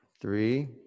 Three